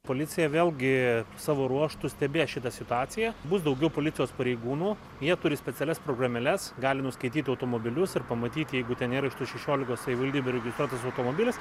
policija vėlgi savo ruožtu stebės šitą situaciją bus daugiau policijos pareigūnų jie turi specialias programėles gali nuskaityti automobilius ir pamatyti jeigu ten yra iš tų šešiolikos savivaldybių registruotas automobilis